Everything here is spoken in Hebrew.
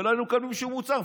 ולא היינו מקבלים שום מוצר,